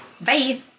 Bye